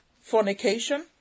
fornication